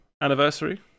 anniversary